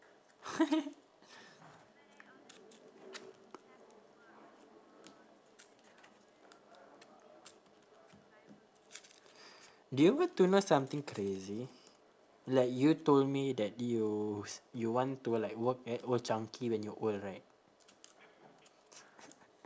do you want to know something crazy like you told me that you you want to like work at old chang kee when you're old right